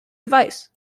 device